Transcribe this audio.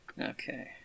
okay